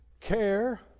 care